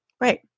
Right